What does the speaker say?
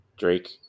Drake